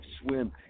swim